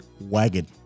wagon